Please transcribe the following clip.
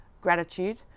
gratitude